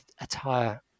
attire